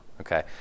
okay